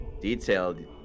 detailed